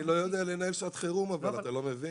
אני לא יודע לנהל שעת חירום, אתה לא מבין?